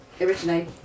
originally